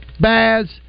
Baz